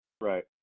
Right